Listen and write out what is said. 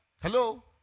Hello